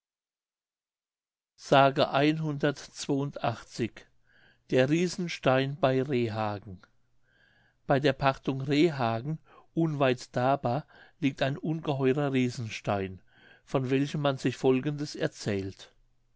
der riesenstein bei rehhagen bei der pachtung rehhagen unweit daber liegt ein ungeheurer riesenstein von welchem man sich folgendes erzählt